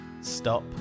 Stop